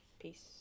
Peace